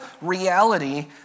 reality